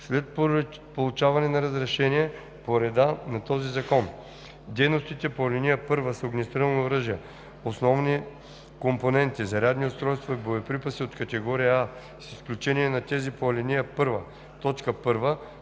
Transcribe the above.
след получаване на разрешение по реда на този закон. Дейностите по ал. 1 с огнестрелни оръжия, основни компоненти, зарядни устройства и боеприпаси от категория „А“, с изключение на тези по ал. 1,